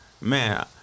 Man